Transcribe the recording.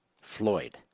Floyd